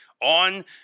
on